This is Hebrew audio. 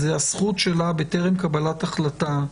אלא גם הזכות שלה בטרם קבלת החלטה,